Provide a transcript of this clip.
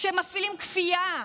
כשמפעילים כפייה,